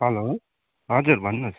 हलो हजुर भन्नुहोस्